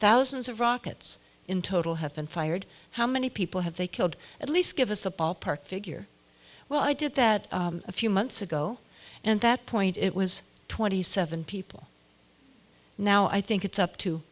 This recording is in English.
thousands of rockets in total have been fired how many people have they killed at least give us a ballpark figure well i did that a few months ago and that point it was twenty seven people now i think it's up to